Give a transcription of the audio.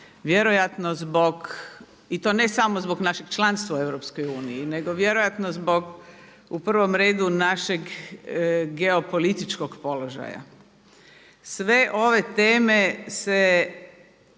Vjerojatno zbog, i to ne samo zbog našeg članstva u EU nego vjerojatno zbog u prvom redu našeg geopolitičkog položaja. Sve ove teme se